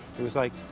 it was like,